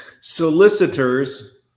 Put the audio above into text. Solicitors